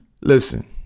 Listen